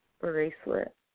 bracelet